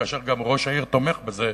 כאשר גם ראש העיר תומך בזה,